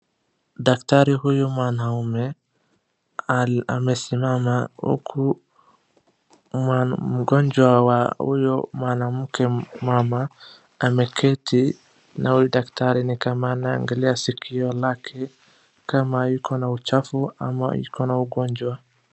Daktari huyu mwaanume amesimama huku mgonjwa huyu mwanamke ameketi na huyu daktari ni kama anaangalia sikio lake kama ikona uchafu ama iko na ugonjwa.